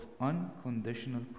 unconditional